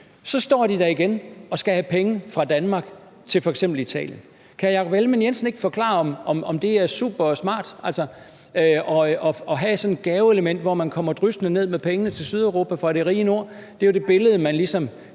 så står de der igen og skal have penge fra Danmark, f.eks. Italien. Kan hr. Jakob Ellemann-Jensen ikke forklare, om det er supersmart at have sådan et gaveelement, hvor man kommer og drysser pengene ned over Sydeuropa fra det rige Nord? Det er jo det billede, som man ligesom